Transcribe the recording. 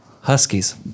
Huskies